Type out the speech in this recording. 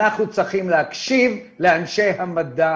אנחנו צריכים להקשיב לאנשי המדע